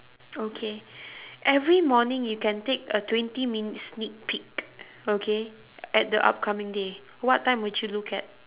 okay every morning you can take a twenty-minute sneak peek okay at the upcoming day what time would you look at